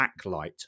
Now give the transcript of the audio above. backlight